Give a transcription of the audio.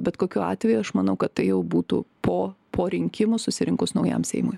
bet kokiu atveju aš manau kad tai jau būtų po po rinkimų susirinkus naujam seimui